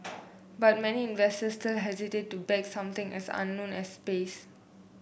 but many investors still hesitate to back something as unknown as space